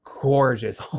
gorgeous